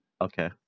Okay